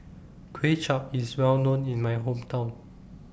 Kuay Chap IS Well known in My Hometown